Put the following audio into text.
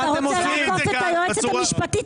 אז אתה רוצה לעקוף את היועצת המשפטית?